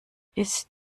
ist